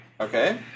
Okay